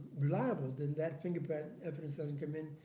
reliable, then that fingerprint evidence doesn't come in.